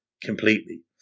completely